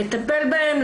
לטפל בהם,